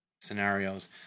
scenarios